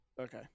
okay